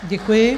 Děkuji.